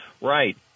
right